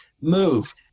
Move